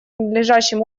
надлежащим